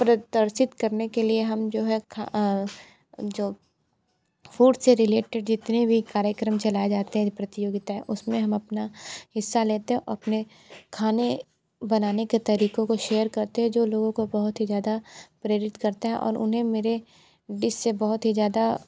प्रदर्शित करने के लिए हम जो है ख जो फूड से रिलेटेड जितने भी कार्यक्रम चलाए जाते हैं प्रतियोगिताए उस में हम अपना हिस्सा लेते हैं अपने खाने बनाने के तरीक़ों को शेयर करते है जो लोगों को बहुत ही ज़्यादा प्रेरित करते हैं और उन्हें मेरे डिश से बहुत ही ज़्यादा